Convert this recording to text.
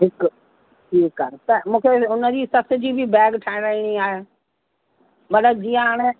हिकु ठीकु आहे त मूंखे हुन जी सस जी बि बैग ठाहिराइणी आहे मतिलबु जीअं हाणे